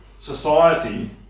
society